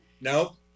Nope